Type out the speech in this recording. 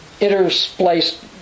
interspliced